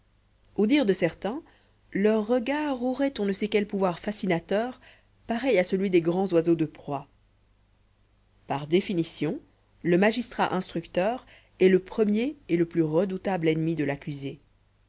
au dire de certains leur regard aurait on ne sait quel pouvoir fascinateur pareil à celui des grands oiseaux de proie par définition le magistrat instructeur est le premier et le plus redoutable ennemi de l'accusé